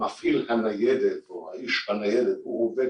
מפעיל הניידת או איש הניידת הוא עובד